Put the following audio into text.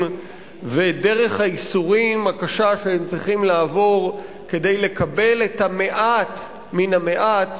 ודרך הייסורים הקשה שהם צריכים לעבור כדי לקבל את המעט מן המעט